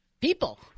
people